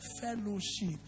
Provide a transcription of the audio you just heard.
Fellowship